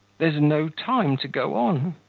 there's no time to go on.